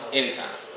anytime